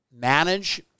manage